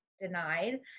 denied